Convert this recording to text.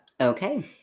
Okay